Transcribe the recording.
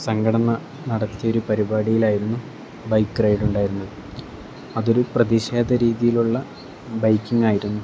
സംഘടന നടത്തിയ ഒരു പരിപാടിയിലായിരുന്നു ബൈക്ക് റൈഡ് ഉണ്ടായിരുന്നു അതൊരു പ്രതിക്ഷേധ രീതിയിലുള്ള ബൈക്കിംഗ് ആയിരുന്നു